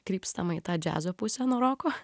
krypstama į tą džiazo pusę nuo roko